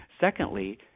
Secondly